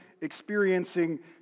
experiencing